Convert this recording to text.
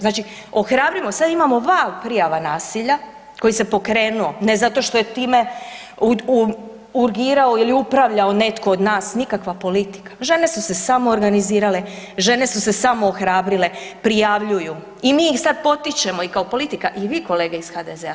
Znači ohrabrimo, sad imamo val prijava nasilja koji se pokrenuo, ne zato što je time urgirao ili upravljao netko od nas, nikakva politika, žene su se samoorganizirale, žene su se samoohrabrile, prijavljuju i mi ih sad potičemo i kao politika, i vi kolege iz HDZ-a.